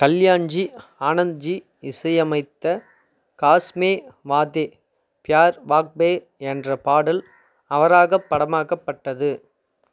கல்யாண்ஜி ஆனந்த்ஜி இசையமைத்த காஸ்மே வாதே பியார் வாக்பே என்ற பாடல் அவராகப் படமாக்கப்பட்டது